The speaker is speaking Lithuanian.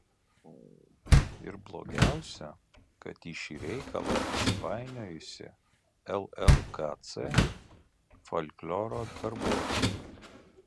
ir blogiausia kad į šį reikalą įsipainiojusi llkc folkloro darbuotoja